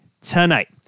tonight